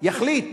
יחליט